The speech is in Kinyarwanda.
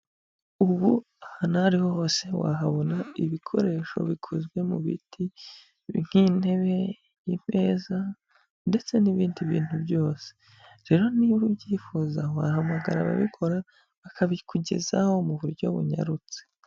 Abu ahantu aho ariho hose wahabona ibikoresho bikozwe mu biti nk'intebe, imeza ndetse n'ibindi bintu byose, rero niba ubyifuza wahamagara ababikora bakabikugezaho mu buryo bunyarutse.